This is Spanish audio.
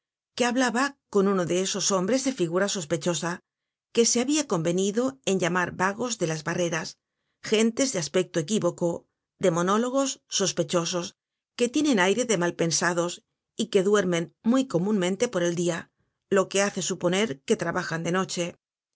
que hablaba con uno de esos hombres de figura sospechosa que se ha convenido en llamar vagos de las barreras gentes de aspecto equívoco de monólogos sospechosos que tienen aire de mal pensados y que duermen muy comunmente por el dia lo que hace suponer que trabajan de noche